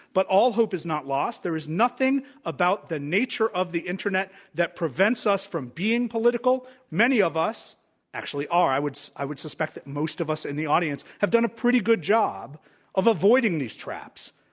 but all hope is not lost. there is nothing about the nature of the internet that prevents us from being political, richly political. many of us actually are, i would i would suspect that most of us in the audience have done a pretty good job of avoiding these traps.